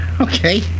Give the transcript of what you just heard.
Okay